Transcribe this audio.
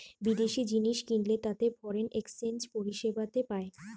বিদেশি জিনিস কিনলে তাতে ফরেন এক্সচেঞ্জ পরিষেবাতে পায়